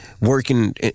working